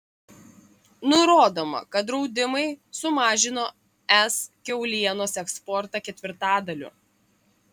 nurodoma kad draudimai sumažino es kiaulienos eksportą ketvirtadaliu